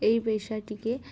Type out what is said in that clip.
এই পেশাটিকে